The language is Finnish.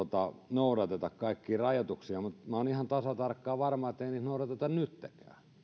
noudateta kaikkia rajoituksia mutta minä olen ihan tasan tarkkaan varma että ei niitä noudateta nyttenkään